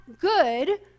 good